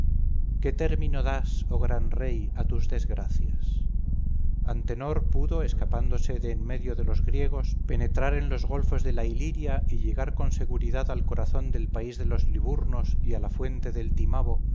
qué término das oh gran rey a sus desgracias antenor pudo escapándose de en medio de los griegos penetrar en los golfos de la iliria y llegar con seguridad al corazón del país de los liburnos y a la fuente del timavo